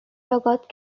লগত